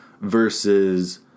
versus